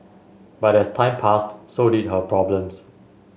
but as time passed so did her problems